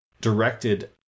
directed